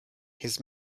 his